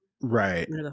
Right